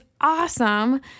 awesome